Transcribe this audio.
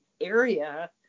area